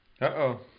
Uh-oh